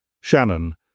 Shannon